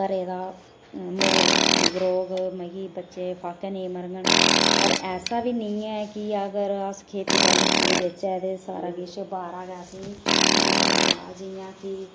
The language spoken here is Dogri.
घरै दा म्हौल ठीक रौह्ग मतलब कि बच्चे फाके नेईं मरङन पर ऐसा बी नेई ऐ कि अगर अस खतीबाड़ी छोड़ी देचै ते सारा किश बाहरा ग असेंगी मिली जंदा जियां कि